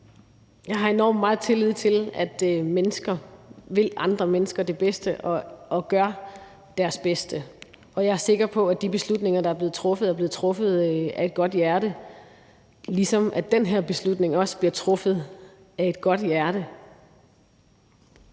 Jeg har enormt meget tillid til, at mennesker vil andre mennesker det bedste og gør deres bedste, og jeg er sikker på, at de beslutninger, der er blevet truffet, er blevet truffet af et godt hjerte, ligesom den her beslutning også bliver truffet af et godt hjerte.